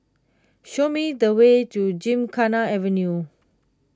show me the way to Gymkhana Avenue